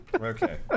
Okay